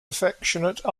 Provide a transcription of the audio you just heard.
affectionate